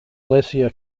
alicia